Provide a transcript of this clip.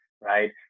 right